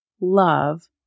love